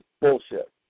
bullshit